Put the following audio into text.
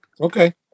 Okay